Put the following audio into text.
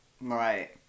Right